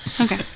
Okay